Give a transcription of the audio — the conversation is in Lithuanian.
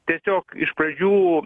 tiesiog iš pradžių